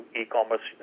e-commerce